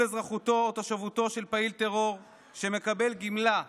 אזרחותו או תושבותו של פעיל טרור שמקבל גמלה,